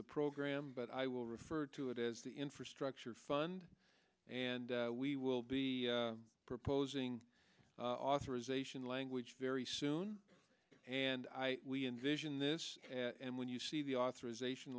the program but i will refer to it as the infrastructure fund and we will be proposing authorization language very soon and i envision this and when you see the authorization